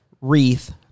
wreath